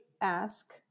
ask